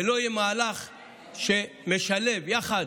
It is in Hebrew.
ולא יהיה מהלך שמשלב, יחד